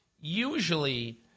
Usually